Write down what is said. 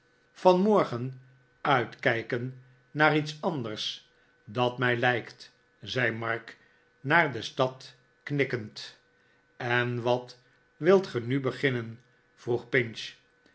vanmorgen uitkijken naar iets anders dat mij lijkt zei mark naar de stad knikkend en wat wilt gij nu beginnen vroeg pinch